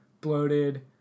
bloated